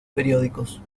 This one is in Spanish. periódicos